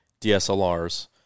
DSLRs